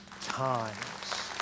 times